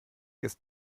ist